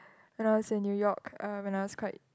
when I was in New York uh when I was quite